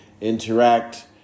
interact